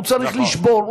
הוא צריך לשבור,